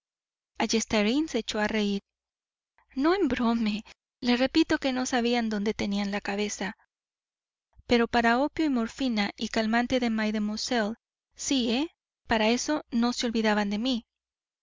echó a reir no embrome le repito que no sabían dónde tenían la cabeza pero para opio y morfina y calmante de mademoiselle sí eh para eso no se olvidaban de mí